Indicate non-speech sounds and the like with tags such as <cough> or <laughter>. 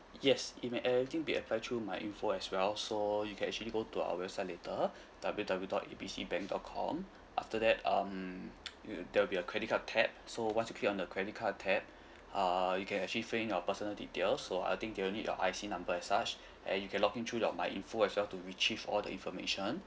yes it may eh I think be apply through my info as well so you can actually go to our website later <breath> W W W dot A B C bank dot com after that um you there will be a credit card tab so once you click on the credit card tab <breath> uh you can actually fill in your personal details so I think they'll need your I_C number and such <breath> and you can log in through your my info as well to retrieve all the information <breath>